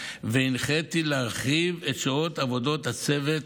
והנחיתי להרחיב את שעות עבודות הצוות,